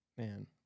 Man